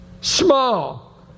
Small